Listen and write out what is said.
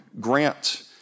Grant